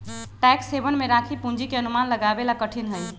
tax haven में राखी पूंजी के अनुमान लगावे ला कठिन हई